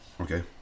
Okay